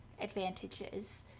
advantages